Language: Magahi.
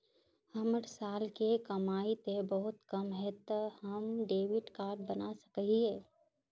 हमर साल के कमाई ते बहुत कम है ते हम डेबिट कार्ड बना सके हिये?